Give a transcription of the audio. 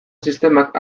sistemak